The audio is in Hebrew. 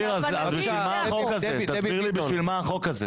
להבנתי, זה החוק.